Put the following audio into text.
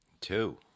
two